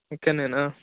ఇక్కడనేనా